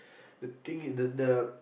the thing is the the